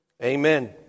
Amen